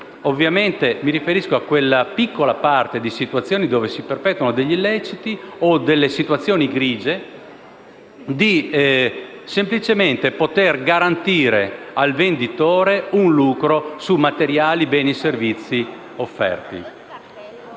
ovviamente mi riferisco a quella piccola parte di situazioni dove si perpetuano degli illeciti o delle situazioni grigie - di garantire al venditore un lucro su materiali, beni o servizi offerti.